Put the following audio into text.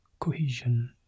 cohesion